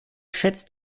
schätzt